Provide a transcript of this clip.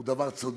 הוא דבר צודק,